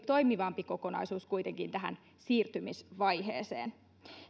toimivampi kokonaisuus tähän siirtymisvaiheeseen